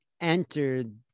entered